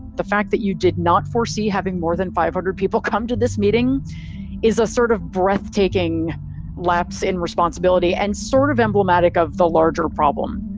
the fact that you did not foresee having more than five hundred people come to this meeting is a sort of breathtaking lapse in responsibility and sort of emblematic of the larger problem.